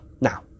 Now